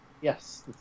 Yes